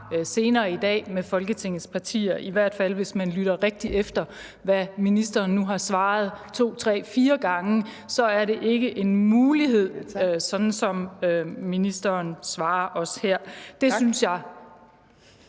senere i dag med Folketingets partier – i hvert fald hvis man lytter rigtig efter, hvad ministeren nu har svaret to, tre, fire gange: Så er det ikke en mulighed, sådan som ministeren svarer os her. Kl. 15:42 Fjerde